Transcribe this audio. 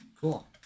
cool